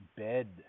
bed